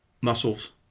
muscles